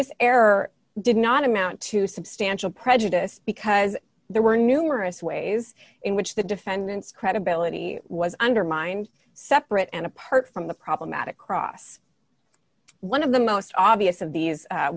this error did not amount to substantial prejudice because there were numerous ways in which the defendant's credibility was undermined separate and apart from the problematic cross one of the most obvious of these